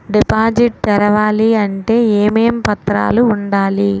Deposit తెరవాలి అంటే ఏమేం పత్రాలు ఉండాలి?